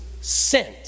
Sent